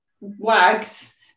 wags